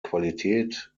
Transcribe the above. qualität